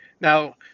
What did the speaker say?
Now